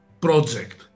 project